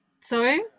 sorry